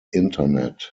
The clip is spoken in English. internet